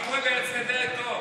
החיקוי ב"ארץ נהדרת" טוב.